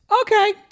Okay